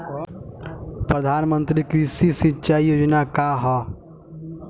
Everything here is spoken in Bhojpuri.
प्रधानमंत्री कृषि सिंचाई योजना का ह?